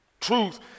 Truth